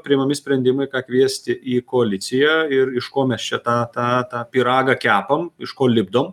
priimami sprendimai ką kviesti į koaliciją ir iš ko mes čia tą tą tą pyragą kepam iš ko lipdom